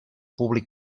públic